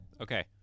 Okay